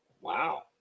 Wow